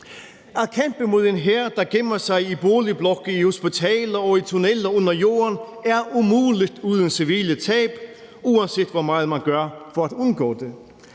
At kæmpe mod en hær, der gemmer sig i boligblokke, på hospitaler og i tunneller under jorden, er umuligt uden civile tab, uanset hvor meget man gør for at undgå det.